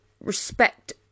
respect